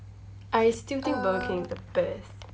I still think Burger King is the best